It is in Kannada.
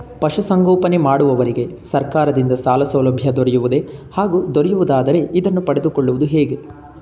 ಪಶುಸಂಗೋಪನೆ ಮಾಡುವವರಿಗೆ ಸರ್ಕಾರದಿಂದ ಸಾಲಸೌಲಭ್ಯ ದೊರೆಯುವುದೇ ಹಾಗೂ ದೊರೆಯುವುದಾದರೆ ಇದನ್ನು ಪಡೆದುಕೊಳ್ಳುವುದು ಹೇಗೆ?